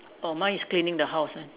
orh mine is cleaning the house ah